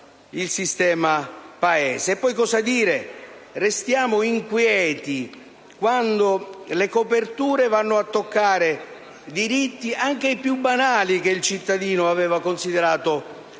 il sistema Paese. Restiamo inquieti quando le coperture vanno a toccare diritti, anche i più banali, che il cittadino aveva considerato